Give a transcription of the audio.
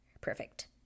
perfect